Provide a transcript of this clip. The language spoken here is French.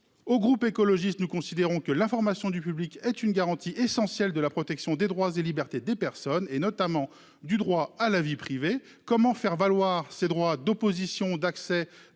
Au groupe écologiste. Nous considérons que l'information du public est une garantie essentielle de la protection des droits et libertés des personnes et notamment du droit à la vie privée. Comment faire valoir ses droits d'opposition d'accès